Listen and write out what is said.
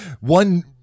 one